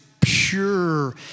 pure